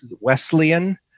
Wesleyan